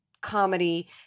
comedy